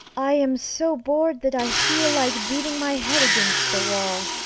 i am so bored that i feel like beating my head against the wall.